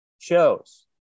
shows